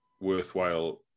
worthwhile